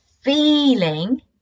feeling